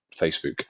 Facebook